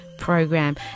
Program